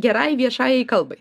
gerai viešajai kalbai